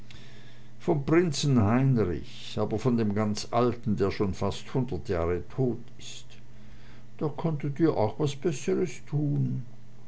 vom prinzen heinrich aber von dem ganz alten der schon fast hundert jahre tot ist da konntet ihr auch was besseres tun